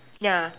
ya